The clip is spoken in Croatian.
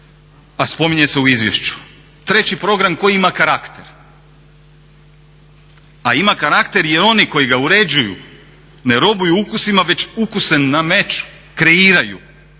a spominje se u izvješću? Treći program koji ima karakter. A ima karakter jer oni koji ga uređuju ne robuju ukusima već ukuse nameću, kreiraju